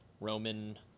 Roman